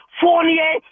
Fournier